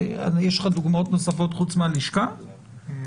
יש לך דוגמאות נוספות חוץ מלשכת עורכי הדין?